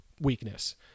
weakness